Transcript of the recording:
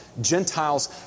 Gentiles